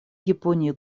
японии